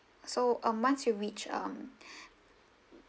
so uh march you reach um